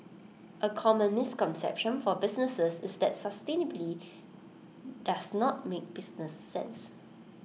A common misconception for businesses is that sustainability does not make business sense